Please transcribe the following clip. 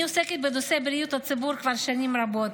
אני עוסקת בנושא בריאות הציבור כבר שנים רבות.